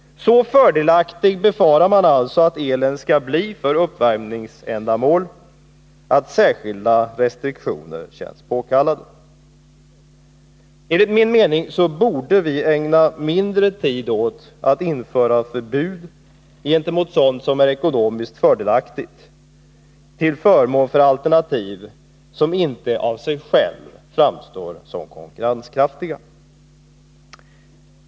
Så fördelaktig befarar man alltså att elen skall bli för uppvärmningsändamål att särskilda restriktioner känns påkallade. Enligt min mening borde vi ägna mindre tid åt att införa förbud gentemot sådant som är ekonomiskt fördelaktigt till förmån för alternativ som inte i sig själva framstår som konkurrenskraftiga.